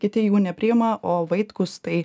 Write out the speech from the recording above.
kiti jų nepriima o vaitkus tai